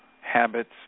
habits